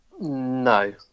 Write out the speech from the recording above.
No